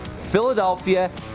philadelphia